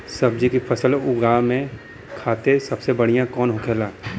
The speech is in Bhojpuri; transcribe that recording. सब्जी की फसल उगा में खाते सबसे बढ़ियां कौन होखेला?